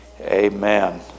amen